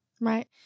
Right